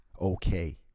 okay